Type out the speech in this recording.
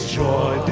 joy